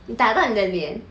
你打到你的脸